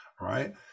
right